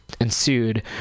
ensued